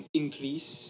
increase